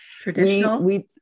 traditional